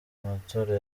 amatora